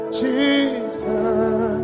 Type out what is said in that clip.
jesus